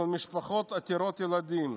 משפחות עתירות ילדים.